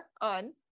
on